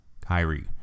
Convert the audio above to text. Kyrie